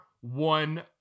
one